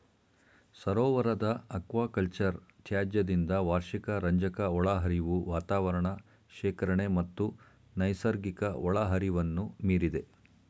ಸರೋವರದ ಅಕ್ವಾಕಲ್ಚರ್ ತ್ಯಾಜ್ಯದಿಂದ ವಾರ್ಷಿಕ ರಂಜಕ ಒಳಹರಿವು ವಾತಾವರಣ ಶೇಖರಣೆ ಮತ್ತು ನೈಸರ್ಗಿಕ ಒಳಹರಿವನ್ನು ಮೀರಿದೆ